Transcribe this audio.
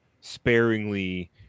sparingly